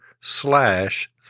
slash